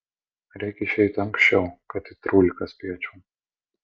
reik išeit anksčiau kad į trūliką spėčiau